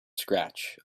scratch